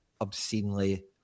obscenely